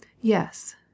Yes